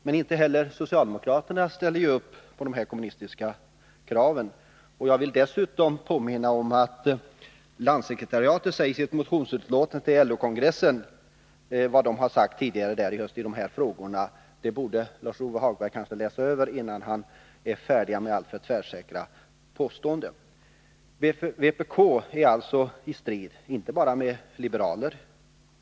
Men inte heller socialdemokraterna ställer upp på dessa kommunistiska krav. Jag vill dessutom påminna om vad landssekretariatet säger i sitt motionsutlåtande till LO-kongressen. Det borde Lars-Ove Hagberg läsa, innan han gör alltför tvärsäkra påståenden. Vpk är alltså i strid inte bara med liberaler.